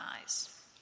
eyes